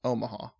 Omaha